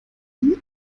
wie